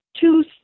two